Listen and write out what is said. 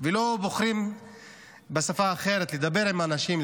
ולא בוחרים לדבר עם האנשים בשפה אחרת?